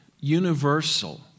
universal